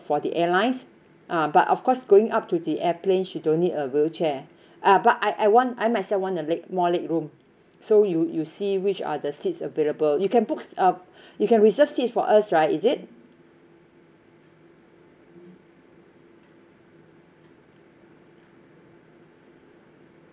for the airlines ah but of course going up to the airplane she don't need a wheelchair uh but I I want I myself want a leg more leg room so you you see which are the seats available you can put uh you can reserve seats for us right is it